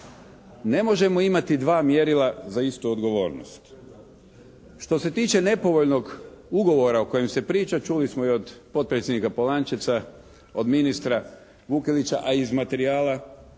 Ne možemo imati dva mjerila za istu odgovornost. Što se tiče nepovoljnog ugovora o kojem se priča, čuli smo i od potpredsjednika Polančeca, od ministra Vukelića, a i iz materijala